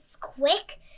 quick